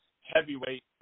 heavyweight